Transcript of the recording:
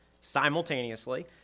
simultaneously